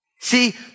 See